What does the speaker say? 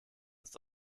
ist